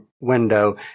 window